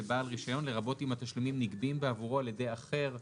לבעל רישיון לרבות אם התשלומים נגבים בעבורו על ידי אחר".